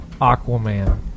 Aquaman